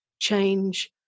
change